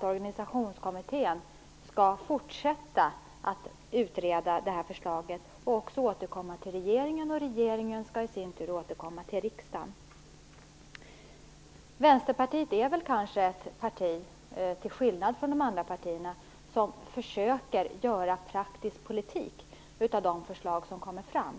Organisationskommittén skall fortsätta att utreda förslaget och återkomma till regeringen, som i sin tur skall återkomma till riksdagen. Vänsterpartiet är kanske ett parti som till skillnad från de andra partierna försöker göra praktisk politik av de förslag som kommer fram.